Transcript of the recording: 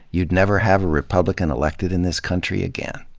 you'd never have a republican elected in this country again.